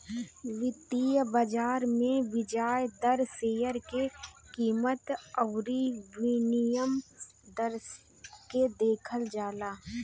वित्तीय बाजार में बियाज दर, शेयर के कीमत अउरी विनिमय दर के देखल जाला